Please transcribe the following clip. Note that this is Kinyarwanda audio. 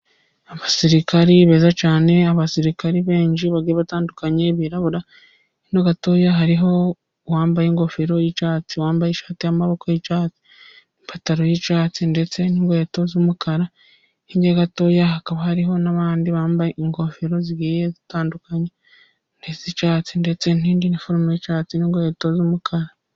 Abasirikari beza cyane abasirikare benshi bagiye batandukanye birabura, hino gatoya hariho uwambaye ingofero y'icyatsi wambaye ishati y'amaboko y'icyatsi, n'ipataro y'icatsi ndetse n'inkweto z'umukara, hirya gatoya hakaba hariho n'abandi bambaye ingofero zigiye zitandukanye z'icyatsi, ndetse n'indi iniforume y'icyatsi ndetse n'inkweto z'umukara.